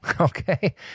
okay